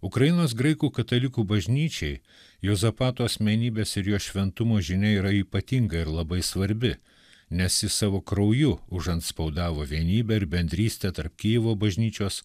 ukrainos graikų katalikų bažnyčiai juozapato asmenybės ir jo šventumo žinia yra ypatinga ir labai svarbi nes jis savo krauju užantspaudavo vienybę ir bendrystę tarp kijevo bažnyčios